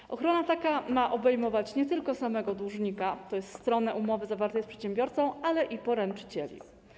Taka ochrona ma obejmować nie tylko samego dłużnika, tj. stronę umowy zawartej z przedsiębiorcą, ale i poręczycieli.